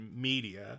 media